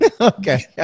Okay